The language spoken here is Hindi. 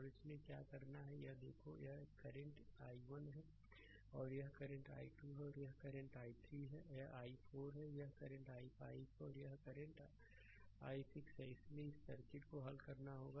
और इसलिए क्या करना है यह देखो कि यह करंट i1 है यहकरंट i 2 है यह करंट i3 है यह i4 है यहकरंट i5 है और यह करंट i6 है इसलिए इस सर्किट को हल करना होगा